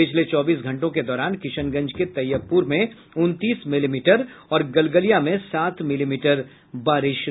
पिछले चौबीस घंटों के दौरान किशनगंज के तैयबपुर में उनतीस मिलीमीटर और गलगलिया में सात मिलीमीटर बारिश हुई है